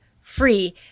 free